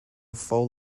full